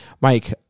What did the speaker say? Mike